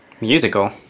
Musical